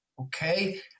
Okay